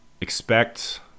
Expect